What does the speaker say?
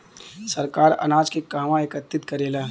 सरकार अनाज के कहवा एकत्रित करेला?